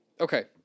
Okay